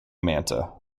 manta